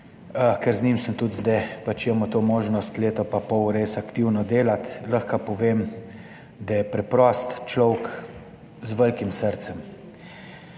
ker z njim sem tudi zdaj pač imel to možnost leto pa pol res aktivno delati, lahko pa povem, da je preprost človek z velikim srcem.